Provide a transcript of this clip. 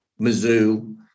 Mizzou